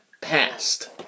Past